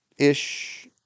Ish